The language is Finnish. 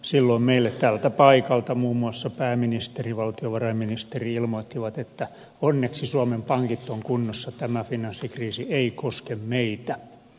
silloin meille tältä paikalta muun muassa pääministeri ja valtiovarainministeri ilmoittivat että onneksi suomen pankit ovat kunnossa tämä finanssikriisi ei koske meitä